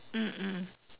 mm mm